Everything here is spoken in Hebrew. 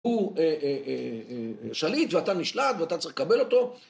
הוא שליט ואתה נשלט ואתה צריך לקבל אותו